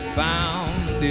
found